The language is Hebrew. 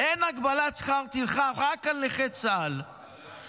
רק על נכי צה"ל אין הגבלת שכר טרחה.